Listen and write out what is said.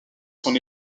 son